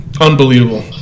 unbelievable